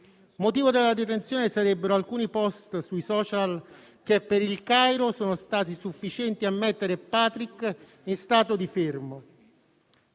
motivo della detenzione sarebbero alcuni *post* sui *social*, che per il Cairo sono stati sufficienti a mettere Patrick in stato di fermo.